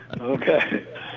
Okay